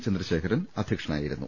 ചന്ദ്രശേഖരൻ അധ്യക്ഷനായി രുന്നു